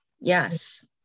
Yes